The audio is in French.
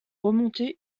remonter